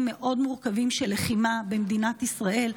מאוד מורכבים של לחימה במדינת ישראל.